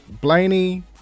Blaney